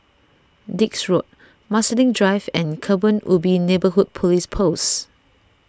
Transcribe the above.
Dix Road Marsiling Drive and Kebun Ubi Neighbourhood Police Post